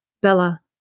Bella